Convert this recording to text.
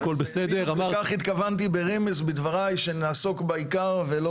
הכל בסדר --- התכוונתי ברמז בדבריי שנעסוק בעיקר ולא